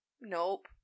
Nope